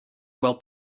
gweld